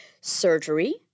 surgery